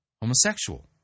homosexual